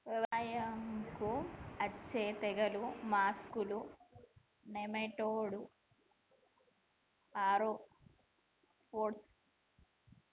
వ్యవసాయంకు అచ్చే తెగుల్లు మోలస్కులు, నెమటోడ్లు, ఆర్తోపోడ్స్